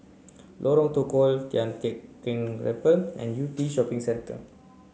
Lorong Tukol Tian Teck Keng Temple and Yew Tee Shopping Centre